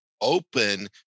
open